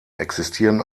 existieren